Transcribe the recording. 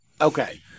Okay